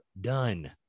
done